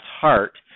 heart